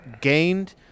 gained